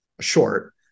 short